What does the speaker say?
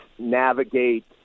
navigate